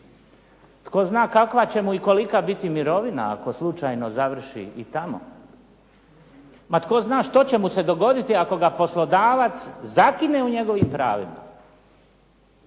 tko zna kakva će mu i kolika biti mirovina ako slučajno završi i tamo. Pa tko zna što će mu se dogoditi ako ga poslodavac zakine u njegovim pravima?